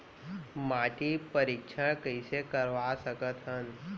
माटी परीक्षण कइसे करवा सकत हन?